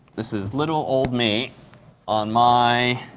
this is little old me on my